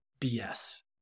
BS